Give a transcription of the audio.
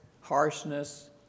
harshness